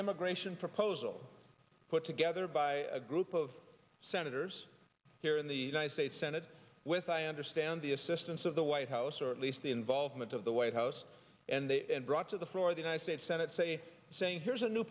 immigration proposal put together by a group of senators here in the united states senate with i understand the assistance of the white house or at least the involvement of the white house and they brought to the floor the united states senate say saying here's a new